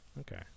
Okay